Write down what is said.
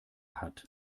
hat